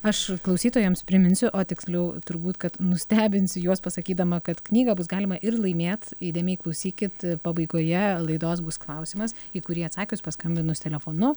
aš klausytojams priminsiu o tiksliau turbūt kad nustebinsiu juos pasakydama kad knygą bus galima ir laimėt įdėmiai klausykit pabaigoje laidos bus klausimas į kurį atsakius paskambinus telefonu